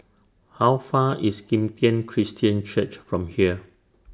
How Far IS Kim Tian Christian Church from here